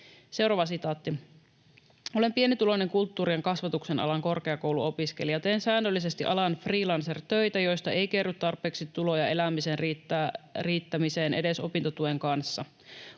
lainkaan taattua.” ”Olen pienituloinen kulttuurin ja kasvatuksen alan korkeakouluopiskelija. Teen säännöllisesti alan freelancertöitä, joista ei kerry tarpeeksi tuloja elämiseen riittämiseen edes opintotuen kanssa.